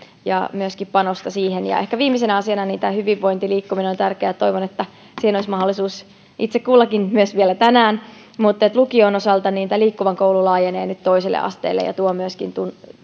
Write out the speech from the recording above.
ja myöskin panosta siihen ja ehkä viimeisenä asiana tämä hyvinvointi liikkuminen on tärkeää ja toivon että siihen olisi mahdollisuus itse kullakin myös vielä tänään mutta lukion osalta tämä liikkuva koulu laajenee nyt toiselle asteelle ja ja tuo myöskin